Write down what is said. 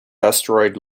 asteroid